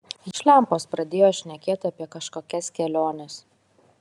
jis iš lempos pradėjo šnekėt apie kažkokias keliones